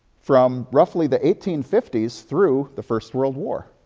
from roughly the eighteen fifty s through the first world war.